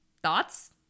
thoughts